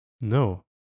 no